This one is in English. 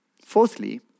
Fourthly